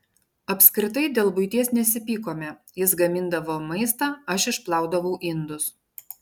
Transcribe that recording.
apskritai dėl buities nesipykome jis gamindavo maistą aš išplaudavau indus